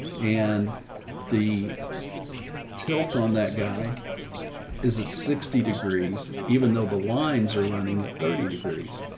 and the tilt on that guy is at sixty degrees, even though the lines are running at thirty degrees,